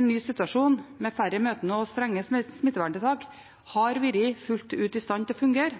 ny situasjon, med færre møter og strenge smitteverntiltak, har vært fullt ut i stand til å fungere.